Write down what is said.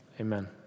Amen